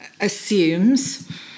assumes